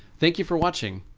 thank you for watching,